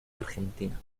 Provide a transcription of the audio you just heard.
argentina